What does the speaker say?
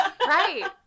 Right